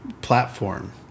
platform